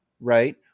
right